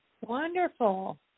Wonderful